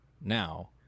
now